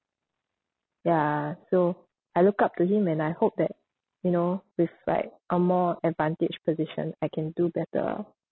ya so I look up to him and I hope that you know with like a more advantaged position I can do better